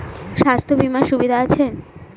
স্বাস্থ্য বিমার সুবিধা আছে?